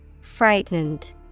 Frightened